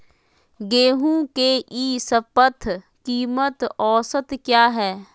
गेंहू के ई शपथ कीमत औसत क्या है?